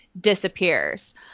disappears